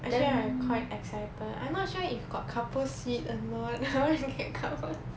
actually I quite excited I'm not sure if got couple seat or not I wanna get couple seats